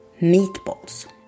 meatballs